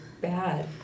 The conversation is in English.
bad